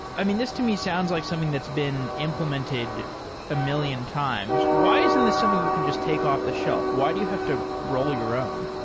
i mean this to me sounds like something that's been implemented a million times. why isn't this something you can just take off the shelf? why do you have to roll your own?